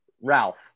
Ralph